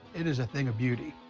it is a thing of beauty.